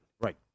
right